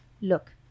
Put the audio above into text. Look